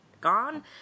gone